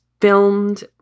filmed